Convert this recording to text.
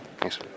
Thanks